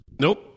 Nope